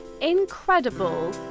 incredible